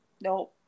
no